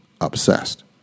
obsessed